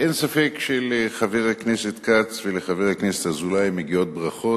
אין ספק שלחבר הכנסת כץ ולחבר הכנסת אזולאי מגיעות ברכות,